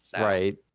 Right